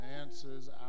answers